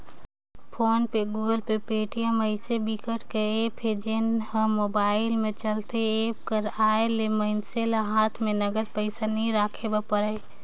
phone पे, Google Pay, Paytm अइसन बिकट कर ऐप हे जेन ह मोबाईल म चलथे ए एप्स कर आए ले मइनसे ल हात म नगद पइसा नइ राखे बर परय